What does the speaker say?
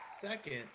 Second